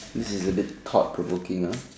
this is a bit thought provoking